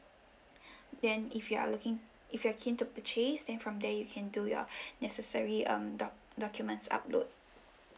then if you are looking if you are keen to purchase then from there you can do your necessary um doc~ documents upload